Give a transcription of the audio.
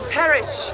perish